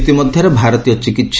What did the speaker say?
ଇତିମଧ୍ଧରେ ଭାରତୀୟ ଚିକସ୍